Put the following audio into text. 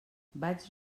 vaig